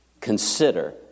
Consider